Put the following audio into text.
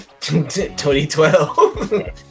2012